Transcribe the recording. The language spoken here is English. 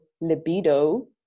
libido